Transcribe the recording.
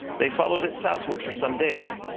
they followed it southward for some days.